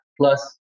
plus